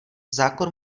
zákon